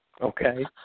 Okay